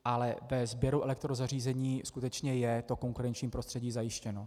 Ale ve sběru elektrozařízení skutečně je konkurenční prostředí zajištěno.